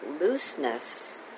looseness